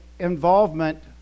Involvement